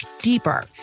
deeper